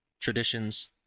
traditions